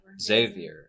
Xavier